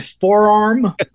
forearm